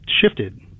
shifted